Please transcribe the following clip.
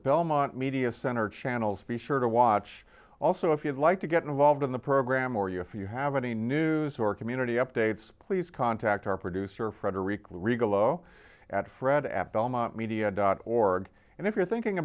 belmont media center channel's be sure to watch also if you'd like to get involved in the program or you if you have any news or community updates please contact our producer frederick regal oh at fred at belmont media dot org and if you're thinking